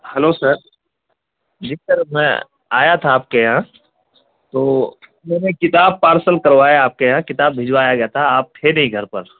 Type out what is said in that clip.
hello sir جی sir میں آیا تھا آپ کے یہاں تو میں نے کتاب پارسل کروایا آپ کے یہاں کتاب بھجوایا گیا تھا آپ تھے نہیں گھر پر